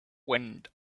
wind